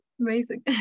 Amazing